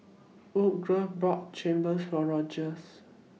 Woodrow bought Chigenabe For Rogers